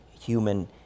human